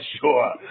sure